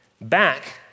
back